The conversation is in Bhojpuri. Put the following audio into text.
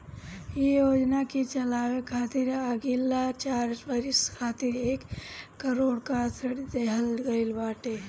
इ योजना के चलावे खातिर अगिला चार बरिस खातिर एक करोड़ कअ ऋण देहल गईल बाटे